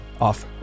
off